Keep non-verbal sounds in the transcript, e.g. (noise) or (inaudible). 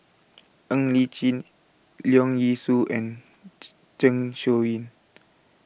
Ng Li Chin Leong Yee Soo and (unintelligible) Zeng Shouyin